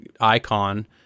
icon